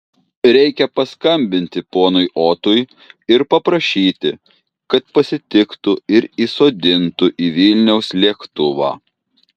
reikia paskambinti ponui otui ir paprašyti kad pasitiktų ir įsodintų į vilniaus lėktuvą